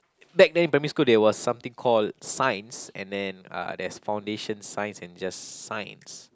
back then in primary school there was something called Science and then uh there's foundation Science and just Science